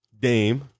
Dame